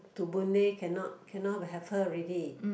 to Boon-Lay cannot cannot have her already